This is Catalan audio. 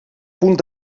punt